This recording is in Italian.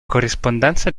corrispondenza